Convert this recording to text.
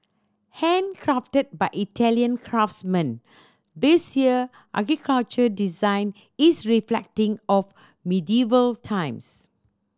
handcrafted by Italian craftsmen this year architecture design is reflecting of medieval times